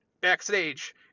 backstage